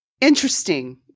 Interesting